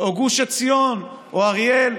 או גוש עציון, או אריאל.